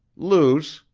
luce,